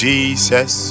Jesus